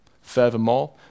Furthermore